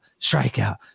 strikeout